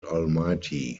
almighty